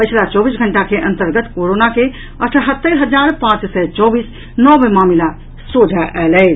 पछिला चौबीस घंटा के अंतर्गत कोरोना के अठहत्तरि हजार पांच सय चौबीस नव मामिला सोझा आयल अछि